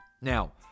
Now